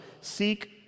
seek